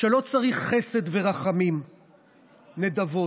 "שלא צריך חסד ורחמים, נדבות,